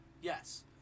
Yes